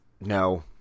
no